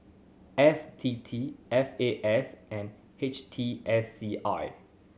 F T T F A S and H T S C I